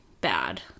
bad